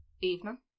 evening